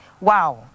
Wow